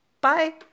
Bye